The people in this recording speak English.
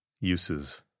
Uses